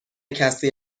کسی